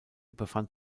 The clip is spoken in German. befand